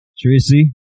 Tracy